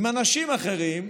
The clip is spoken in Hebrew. עם אנשים אחרים,